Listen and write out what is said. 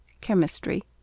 Chemistry